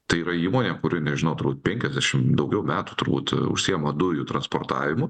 tai yra įmonė kuri nežinau turbūt penkiasdešim daugiau metų turbūt užsiima dujų transportavimu